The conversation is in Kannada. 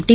ಟಿ